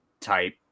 type